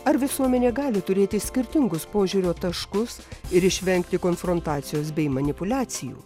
ar visuomenė gali turėti skirtingus požiūrio taškus ir išvengti konfrontacijos bei manipuliacijų